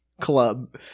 Club